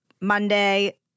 Monday